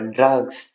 Drugs